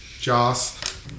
Joss